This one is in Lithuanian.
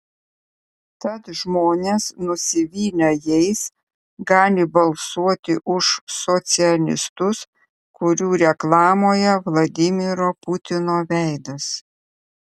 tad žmonės nusivylę jais gali balsuoti už socialistus kurių reklamoje vladimiro putino veidas